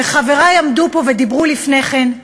וחברי עמדו פה ודיברו לפני כן,